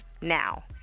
now